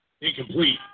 Incomplete